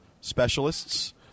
specialists